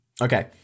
okay